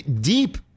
deep